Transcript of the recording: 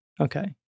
okay